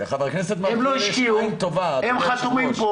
הם לא השקיעו,